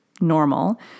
normal